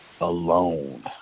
alone